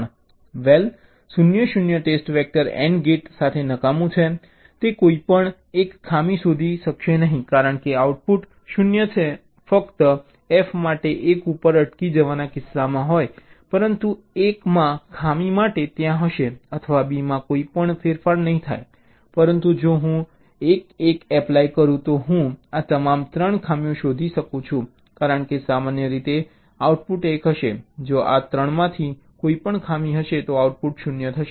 well 0 0 test vector AND gate માટે નકામું છે તે કોઈપણ એક ખામી શોધી શકશે નહીં કારણ કે આઉટપુટ 0 છે ફક્ત F માટે 1 પર અટકી જવાના કિસ્સામાં હોય પરંતુ A માં ખામી માટે ત્યાં હશે અથવા B માં કોઈ ફેરફાર નહીં થાય પરંતુ જો હું 1 1 એપ્લાય કરું તો હું આ તમામ 3 ખામીઓ શોધી શકું છું કારણ કે સામાન્ય રીતે આઉટપુટ 1 હશે જો આ 3 માંથી કોઈપણ ખામી હશે તો આઉટપુટ 0 થશે